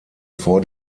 vor